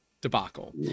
debacle